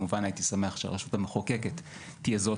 כמובן הייתי שמח שהרשות המחוקקת תהיה זאת